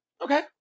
Okay